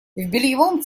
бельевом